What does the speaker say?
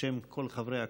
בשם כל חברי הכנסת: